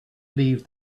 leave